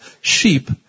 sheep